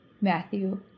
Matthew